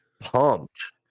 pumped